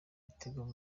igitego